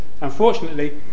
Unfortunately